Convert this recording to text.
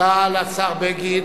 תודה לשר בגין.